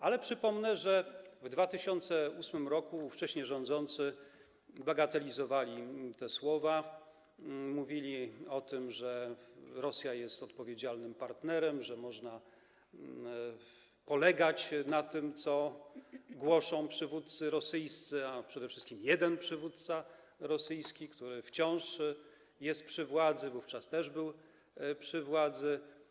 Ale przypomnę, że w 2008 r. ówcześnie rządzący bagatelizowali te słowa, mówili o tym, że Rosja jest odpowiedzialnym partnerem, że można polegać na tym, co głoszą przywódcy rosyjscy, a przede wszystkim jeden przywódca rosyjski, który wciąż jest przy władzy, wówczas też był przy władzy.